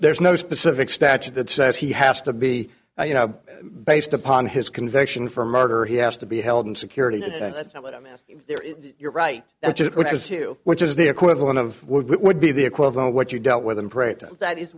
there's no specific statute that says he has to be you know based upon his conviction for murder he has to be held in security and that's not what i mean there is you're right that it was two which is the equivalent of would be the equivalent what you dealt with and pray to that is